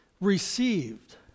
received